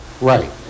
Right